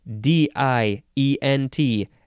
D-I-E-N-T